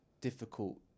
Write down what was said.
difficult